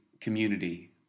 community